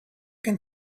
can